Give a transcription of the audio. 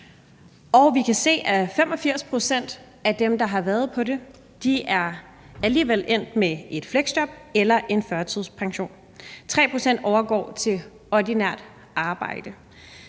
vi kan se, at 85 pct. af dem, der har været på det, alligevel er endt med et fleksjob eller en førtidspension; 3 pct. overgår til ordinært arbejde.